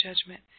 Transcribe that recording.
judgment